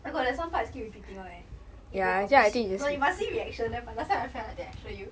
oh my god there's some parts keep repeating [one] leh 一杯 kopi siew dai no you must reaction then last time my friend like that I show you